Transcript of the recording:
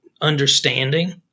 understanding